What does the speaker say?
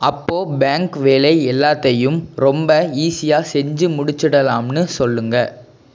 அப்போது பேங்க் வேலை எல்லாத்தையும் ரொம்ப ஈஸியாக செஞ்சு முடிச்சுடலாம்ன்னு சொல்லுங்கள்